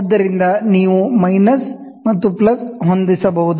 ಆದ್ದರಿಂದ ನೀವು ಮೈನಸ್ ಮತ್ತು ಪ್ಲಸ್ ಹೊಂದಬಹುದು